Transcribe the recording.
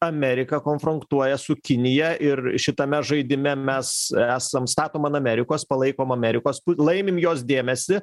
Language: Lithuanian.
amerika konfrontuoja su kinija ir šitame žaidime mes esam statom ant amerikos palaikom amerikos laimim jos dėmesį